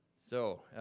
so,